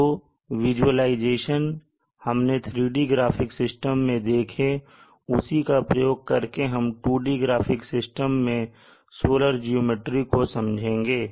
जो विजुलाइजेशन हमने 3D graphic system में देखे हैं उसी का प्रयोग करके हम 2D ग्राफ़िक सिस्टम में सोलर ज्योमेट्री को समझेंगे